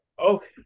Okay